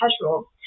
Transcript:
casual